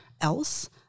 else